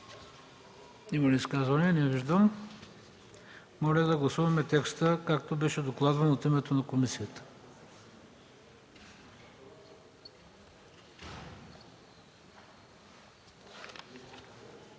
Има ли изказвания? Не виждам. Моля да гласуваме текста, както беше докладван от името на комисията.